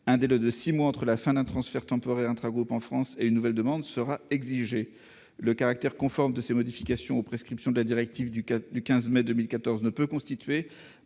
Un délai de six mois entre la fin d'un transfert temporaire intragroupe en France et une nouvelle demande sera exigé. Le caractère conforme aux prescriptions de la directive du 15 mai 2014 de ces modifications